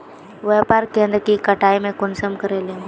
व्यापार केन्द्र के कटाई में कुंसम करे लेमु?